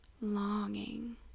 longing